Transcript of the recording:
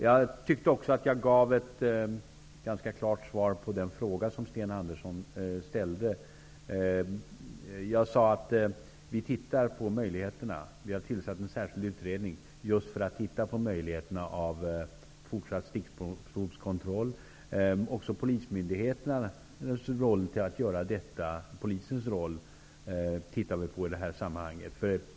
Jag tyckte att jag gav ett ganska klart svar på den fråga som Sten Andersson ställde. Jag sade att vi tittar på möjligheterna. Vi har tillsatt en särskild utredning just för att titta på möjligheterna till fortsatt stickprovskontroll. Också polisens roll tittar vi på i det här sammanhanget.